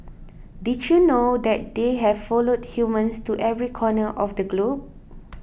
did you know that they have followed humans to every corner of the globe